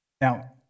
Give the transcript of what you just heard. Now